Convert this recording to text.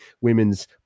women's